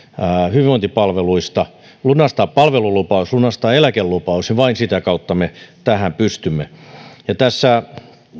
hyvinvointipalveluista lunastaa palvelulupaus lunastaa eläkelupaus ja vain sitä kautta me tähän pystymme tässä